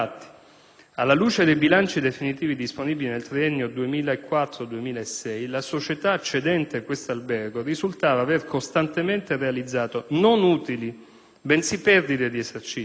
alla luce dei bilanci definitivi disponibili nel triennio 2004-2006, la società cedente questo albergo risultava aver costantemente realizzato non utili, bensì perdite di esercizio